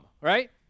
right